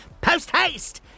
Post-haste